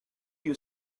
you